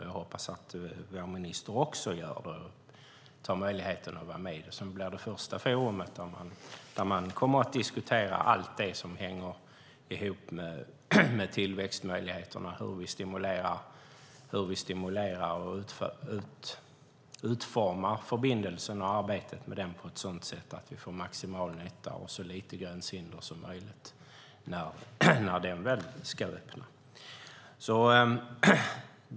Jag hoppas att vår minister också gör det och utnyttjar möjligheten att vara med i det som blir det första forumet där man kommer att diskutera allt det som hänger ihop med tillväxtmöjligheterna och hur vi stimulerar och utformar förbindelsen och arbetet med den på ett sådant sätt att vi får maximal nytta och så lite gränshinder som möjligt när den väl ska öppna.